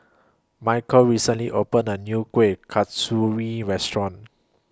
Michal recently opened A New Kuih Kasturi Restaurant